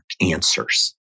answers